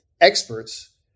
experts